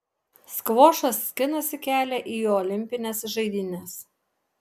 skvošas skinasi kelią į olimpines žaidynes